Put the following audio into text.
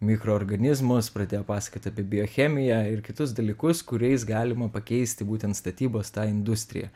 mikroorganizmus pradėjo pasakot apie biochemiją ir kitus dalykus kuriais galima pakeisti būtent statybos tą industriją